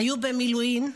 היו במילואים,